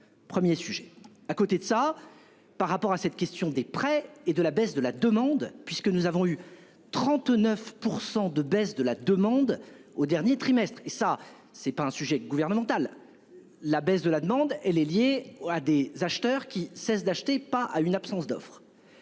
1er sujet à côté de ça, par rapport à cette question des prêts et de la baisse de la demande puisque nous avons eu 39% de baisse de la demande au dernier trimestre. Et ça c'est pas un sujet gouvernementale. La baisse de la demande et les à des acheteurs qui cessent d'acheter pas à une absence d'offre.